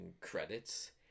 credits